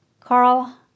Carl